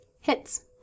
Hits